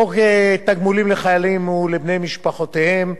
חוק תגמולים לחיילים ולבני משפחותיהם,